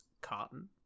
cotton